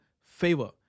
favor